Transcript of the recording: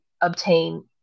obtain